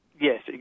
Yes